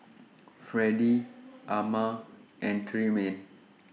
Fredie Ama and Tremaine